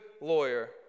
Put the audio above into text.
lawyer